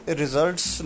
results